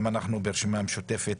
גם אנחנו ברשימה המשותפת